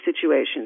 situations